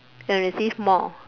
can receive more